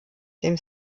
dem